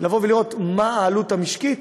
לבוא ולראות מה העלות המשקית,